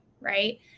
right